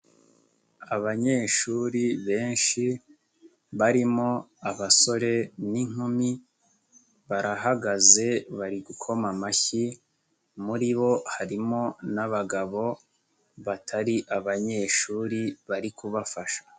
Abanyeshuri benshi barimo abasore n'inkumi, barahagaze bari gukoma amashyi, muri bo harimo n'abagabo batari abanyeshuri bari kubafasha.